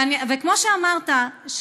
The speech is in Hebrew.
כמו שאמרת,